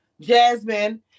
Jasmine